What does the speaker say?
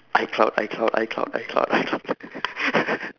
icloud icloud icloud icloud icloud icloud